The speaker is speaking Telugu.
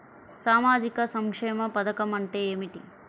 సామాజిక సంక్షేమ పథకం అంటే ఏమిటి?